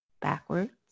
backwards